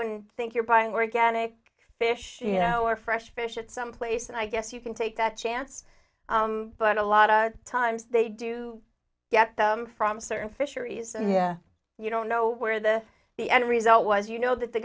and think you're buying organic fish you know or fresh fish at some place and i guess you can take that chance but a lot of times they do get them from certain fisheries and yeah you don't know where the the end result was you know that the